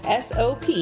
SOP